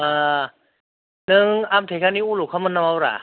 नों आमटेकानि अलखामोन नामाब्रा